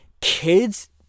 kids